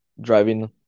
driving